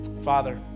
Father